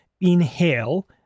inhale